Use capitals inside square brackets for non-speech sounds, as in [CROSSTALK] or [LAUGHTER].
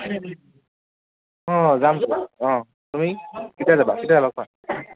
[UNINTELLIGIBLE] অঁ যাম অঁ তুমি কেতিয়া যাব কেতিয়া যাবা কোৱা